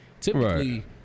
typically